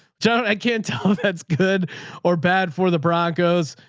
john, i can't tell if that's good or bad for the broncos,